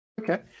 Okay